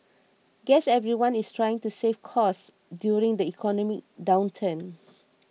guess everyone is trying to save costs during the economic downturn